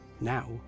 Now